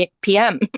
PM